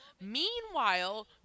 Meanwhile